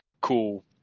cool